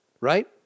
right